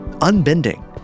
unbending